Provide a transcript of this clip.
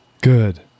Good